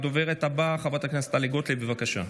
הדוברת הבאה, חברת הכנסת טלי גוטליב, בבקשה.